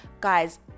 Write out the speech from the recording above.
Guys